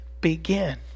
begin